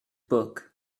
book